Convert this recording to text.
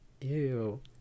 Ew